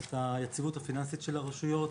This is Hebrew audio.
את היציבות הפיננסית של הרשויות,